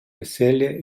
veselje